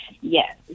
Yes